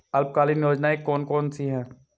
अल्पकालीन योजनाएं कौन कौन सी हैं?